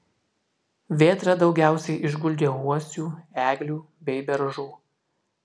vėtra daugiausiai išguldė uosių eglių bei beržų